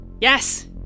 Yes